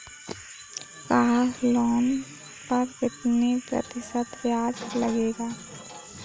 Car loan पर कितने प्रतिशत ब्याज लगेगा?